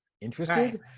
Interested